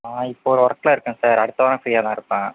ஆ இப்போ ஒர்க்கில் இருக்கேன் சார் அடுத்த வாரம் ஃப்ரீயாக தான் இருப்பேன்